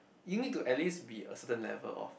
you need to at least be a certain of